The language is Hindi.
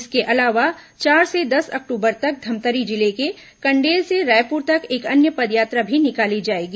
इसके अलावा चार से दस अक्टूबर तक धमतरी जिले के कण्डेल से रायपुर तक एक अन्य पदयात्रा भी निकाली जाएगी